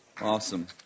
Awesome